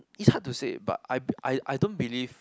it's hard to say but I I I don't believe